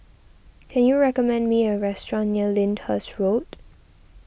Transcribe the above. can you recommend me a restaurant near Lyndhurst Road